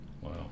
Wow